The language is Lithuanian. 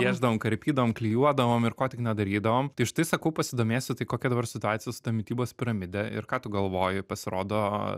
piešdavom karpydavom klijuodavom ir ko tik nedarydavom tai štai sakau pasidomėsiu tai kokia dabar situacija su ta mitybos piramide ir ką tu galvoji pasirodo